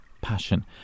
passion